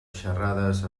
xerrades